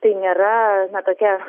tai nėra tokia